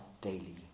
daily